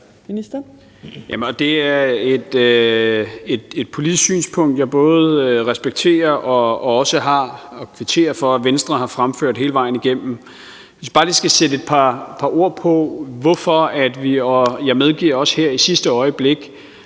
Det er et politisk synspunkt, jeg både respekterer og også kvitterer for at Venstre har fremført hele vejen igennem. Jeg synes bare, vi skal sætte et par ord på, hvorfor vi – og, medgiver jeg også, her i sidste øjeblik